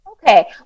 Okay